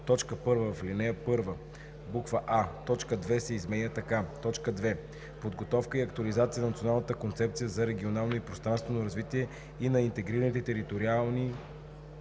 1. В ал. 1: а) точка 2 се изменя така: „2. подготовка и актуализация на Националната концепция за регионално и пространствено развитие и на интегрираните териториални